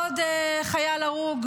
עוד חייל הרוג,